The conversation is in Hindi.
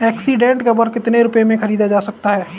एक्सीडेंट कवर कितने रुपए में खरीदा जा सकता है?